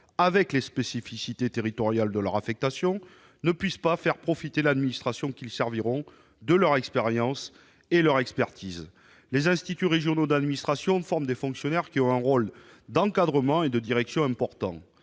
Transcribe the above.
avec les spécificités territoriales de leur affectation, ne puissent pas faire profiter l'administration qu'ils serviront de leur expérience et de leur expertise. Les instituts régionaux d'administration forment des fonctionnaires qui joueront un rôle d'encadrement et de direction important